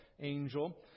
angel